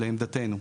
לעמדתנו.